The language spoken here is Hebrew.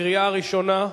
קריאה ראשונה,